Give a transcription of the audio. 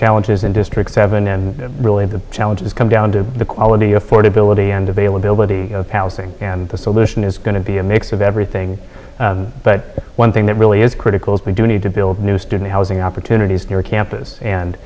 challenges in district seven and really the challenges come down to the quality affordability and availability of palestine and the solution is going to be a mix of everything but one thing that really is critical is we do need to build new student housing opportunities near campus and